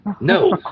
No